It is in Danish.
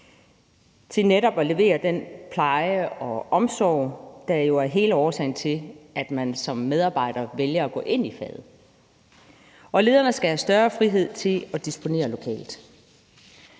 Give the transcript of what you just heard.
til netop at levere den pleje og omsorg, der jo er hele årsagen til, at man som medarbejder vælger at gå ind i faget. Lederne skal have større frihed til at disponere lokalt.